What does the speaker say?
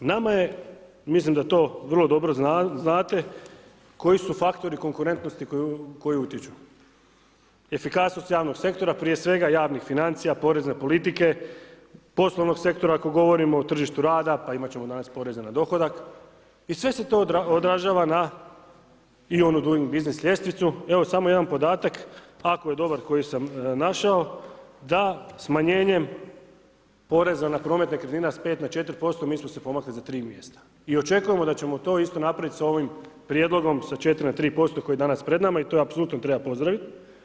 Što se tiče današnjih tema, mislim da to vrlo dobro znate koji su faktori konkurentnosti koji utječu, efikasnost javnog sektora prije svega javnih financija, porezne politike, poslovnog sektora, ako govorimo o tržištu rada pa imat ćemo danas i poreze na dohodak i sve se to odražava na ... ljestvicu, evo samo jedan podatak ako je dobar koji sam našao, da smanjenjem poreza na promet nekretnina s 5 na 4% mi smo se pomakli za 3 mjesta i očekujemo da ćemo to isto napravit sa ovim prijedlogom sa 4 na 3% koji je danas pred nama i to apsolutno treba pozdravit.